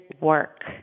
work